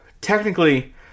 Technically